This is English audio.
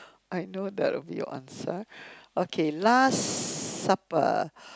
I know that will be your answer okay last supper